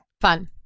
Fun